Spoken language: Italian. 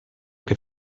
che